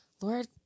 Lord